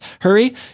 Hurry